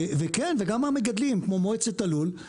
וכן גם המגדלים כמו מועצת הלול,